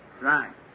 Right